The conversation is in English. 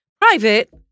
private